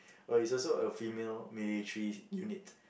oh it's also a female military unit